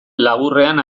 laburrean